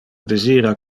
desira